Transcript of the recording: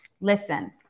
Listen